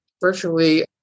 Virtually